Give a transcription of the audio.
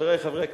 חברי חברי הכנסת,